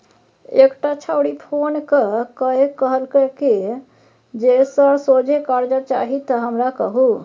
एकटा छौड़ी फोन क कए कहलकै जे सर सोझे करजा चाही त हमरा कहु